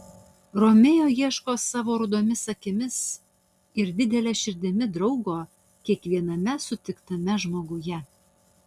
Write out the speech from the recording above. romeo ieško savo rudomis akimis ir didele širdimi draugo kiekviename sutiktame žmoguje